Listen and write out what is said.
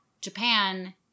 japan